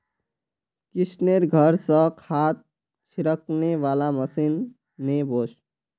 किशनेर घर स खाद छिड़कने वाला मशीन ने वोस